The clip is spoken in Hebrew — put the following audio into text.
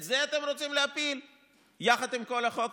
את זה אתם רוצים להפיל יחד עם כל החוק?